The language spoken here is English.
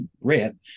red